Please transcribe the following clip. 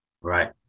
Right